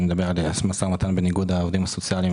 אני מדבר על המשא ומתן בין איגוד העובדים הסוציאליים